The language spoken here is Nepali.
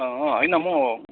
अँ होइन म